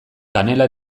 kanela